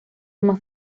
más